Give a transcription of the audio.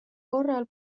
korral